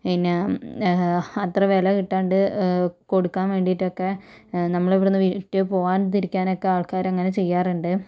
പിന്നെ അത്ര വില കിട്ടാണ്ട് കൊടുക്കാൻ വേണ്ടീട്ടൊക്കെ നമ്മളിവിടുന്ന് വിറ്റ് പോവാതിരിക്കാനൊക്കെ ആൾക്കാര് അങ്ങനെ ചെയ്യാറുണ്ട്